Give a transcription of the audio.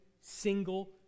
single